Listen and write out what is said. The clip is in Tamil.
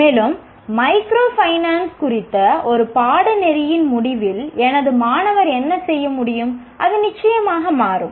மேலும் மைக்ரோ ஃபைனான்ஸ் குறித்த ஒரு பாடநெறியின் முடிவில் எனது மாணவர் என்ன செய்ய முடியும் அது நிச்சயமாக மாறும்